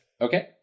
Okay